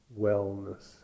wellness